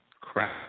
crap